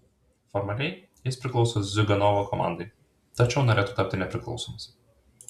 formaliai jis priklauso ziuganovo komandai tačiau norėtų tapti nepriklausomas